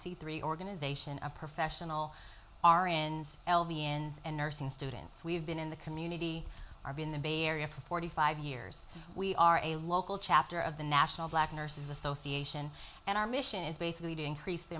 c three organization a professional aryans l v end and nursing students we've been in the community or be in the bay area for forty five years we are a local chapter of the national black nurses association and our mission is basically to increase the